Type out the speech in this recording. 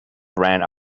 brand